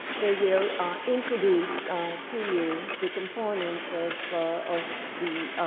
they will introduce to you the components of of the